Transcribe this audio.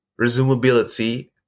resumability